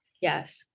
Yes